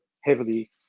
heavily